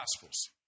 Gospels